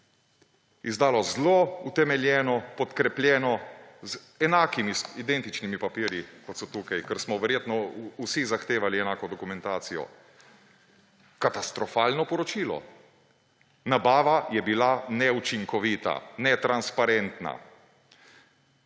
izdalo zelo utemeljeno, podkrepljeno z enakimi, identičnimi papirji, kot so tukaj, ker smo verjetno vsi zahtevali enako dokumentacijo. Katastrofalno poročilo. Nabava je bila neučinkovita, netransparentna.